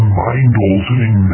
mind-altering